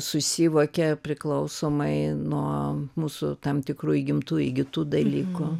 susivokia priklausomai nuo mūsų tam tikrų įgimtų įgytų dalykų